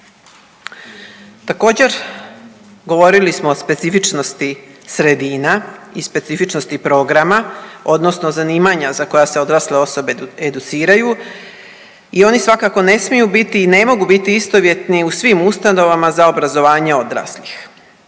Također, govorili smo o specifičnosti sredina i specifičnosti programa odnosno zanimanja za koja se odrasle osobe educiraju i oni svakako ne smiju biti i ne mogu biti istovjetni u svim ustanovama za obrazovanje odraslih.